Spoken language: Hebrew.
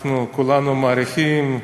אנחנו כולנו מעריכים.